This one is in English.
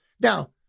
Now